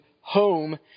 home